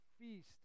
feast